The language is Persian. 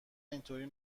اینطوری